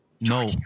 No